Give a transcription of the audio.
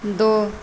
दू